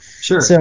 Sure